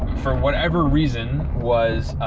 for whatever reason was